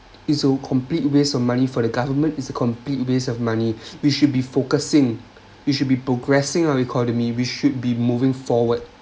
is a complete waste of money for the government is a complete waste of money we should be focusing we should be progressing our economy we should be moving forward